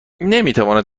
نمیتواند